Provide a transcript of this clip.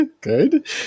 good